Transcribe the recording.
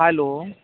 hello